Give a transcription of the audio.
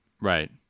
Right